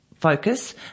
Focus